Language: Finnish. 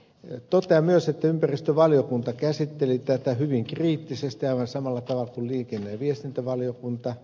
totean myös että ympäristövaliokunta käsitteli tätä hyvin kriittisesti aivan samalla tavalla kuin liikenne ja viestintävaliokunta